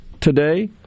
today